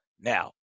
Now